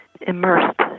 immersed